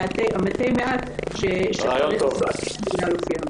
מתי מעט שיישארו סגורים.